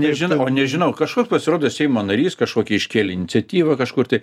nežinau nežinau kažkoks pasirodo seimo narys kažkokią iškėlė iniciatyvą kažkur tai